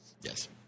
yes